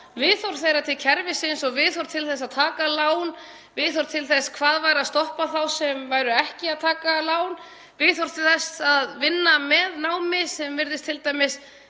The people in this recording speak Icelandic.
viðhorf þeirra til kerfisins og viðhorf til þess að taka lán, viðhorf til þess hvað væri að stoppa þá sem væru ekki að taka lán, viðhorf til þess að vinna með námi, sem virðist t.d.